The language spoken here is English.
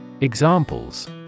Examples